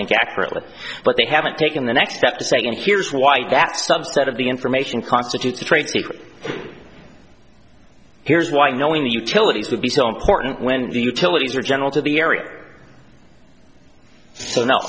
think it accurately but they haven't taken the next step to saying here's why that subset of the information constitutes a trade secret here's why knowing the utilities would be so important when the utilities are general to the area so no